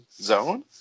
zone